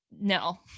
no